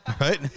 right